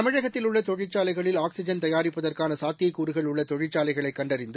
தமிழகத்தில் உள்ள தொழிற்சாலைகளில் ஆக்சிஜன் தயாரிப்பதற்கான சாத்தியக்கூறுகள் உள்ள தொழிற்சாலைகளை கண்டறிந்து